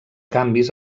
canvis